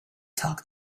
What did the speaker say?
talk